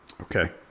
Okay